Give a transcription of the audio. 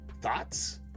Thoughts